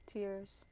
Tears